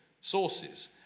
sources